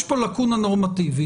יש פה לאקונה נורמטיבית,